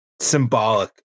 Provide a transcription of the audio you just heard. symbolic